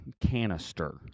canister